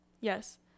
yes